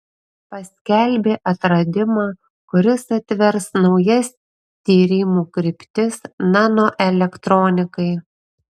paskelbė atradimą kuris atvers naujas tyrimų kryptis nanoelektronikai